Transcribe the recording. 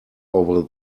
over